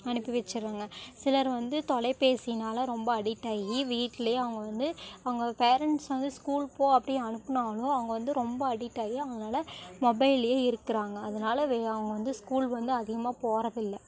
அனுப்பி வச்சிடுறாங்க சிலர் வந்து தொலைபேசினால் ரொம்ப அடிக்ட் ஆகி வீட்டிலேயே அவங்க வந்து அவங்க பேரன்ட்ஸ் வந்து ஸ்கூல் போ அப்படியே அனுப்புனாலும் அவங்க வந்து ரொம்ப அடிக்ட் ஆகி அவங்களால மொபைலையே இருக்கிறாங்க அதனால் வெ அவங்க வந்து ஸ்கூல் வந்து அதிகமாக போகிறது இல்லை